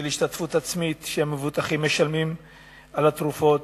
של השתתפות עצמית שהמבוטחים משלמים על התרופות,